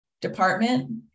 department